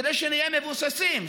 כדי שנהיה מבוססים,